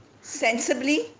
sensibly